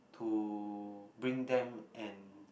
to bring them and